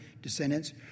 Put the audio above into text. descendants